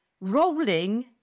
rolling